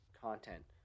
content